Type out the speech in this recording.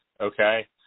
okay